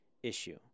issue